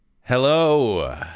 Hello